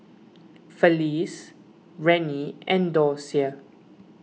Felice Rennie and Docia